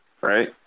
right